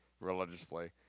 religiously